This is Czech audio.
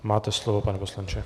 Máte slovo, pane poslanče.